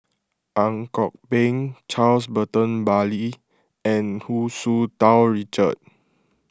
Ang Kok Peng Charles Burton Buckley and Hu Tsu Tau Richard